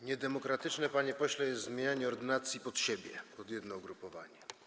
Niedemokratyczne, panie pośle, jest zmienianie ordynacji pod siebie, pod jedno ugrupowanie.